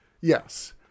Yes